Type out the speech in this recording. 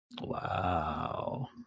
Wow